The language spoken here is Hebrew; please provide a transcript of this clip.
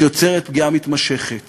שיוצרת פגיעה מתמשכת